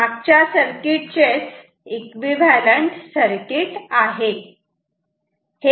तर हे मागच्या सर्किटचे एकविव्हॅलंट सर्किट आहे